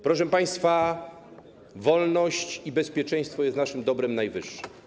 Proszę państwa, wolność i bezpieczeństwo są naszym dobrem najwyższym.